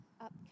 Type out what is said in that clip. up